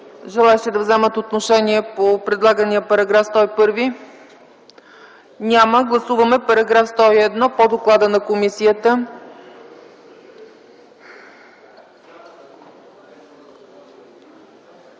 Желаещи да вземат отношение по предлагания § 101? Няма. Гласуваме § 101 по доклада на комисията.